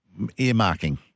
earmarking